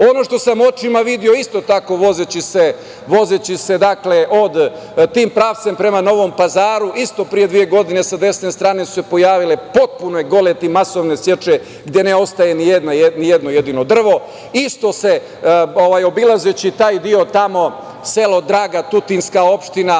što sam očima video, isto tako vozeći se tim pravcem prema Novom Pazaru, isto pre dve godine, sa desne strane su se pojavile potpune goleti masovne seče, gde ne ostaje ni jedno jedino drvo. Isto, obilazeći taj deo tamo, selo Draga, tutinska opština